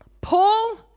Paul